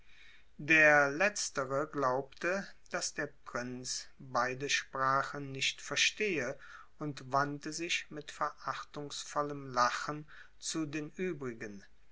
der letztere glaubte daß der prinz beide sprachen nicht verstehe und wandte sich mit verachtungsvollem lachen zu den übrigen